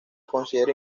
considera